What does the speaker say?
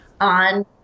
on